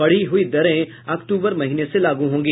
बढ़ी हुई दरें अक्टूबर महीने से लागू होंगी